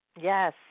Yes